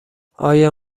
آیا